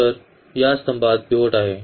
तर या स्तंभात पिव्होट आहे